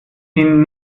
ihn